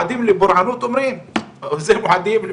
קנינו גנרטורים חדשים.